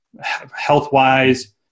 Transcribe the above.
health-wise